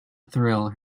thrill